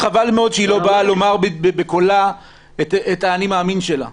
חבל מאוד שהיא לא באה לומר בקולה את ה"אני מאמין" שלה.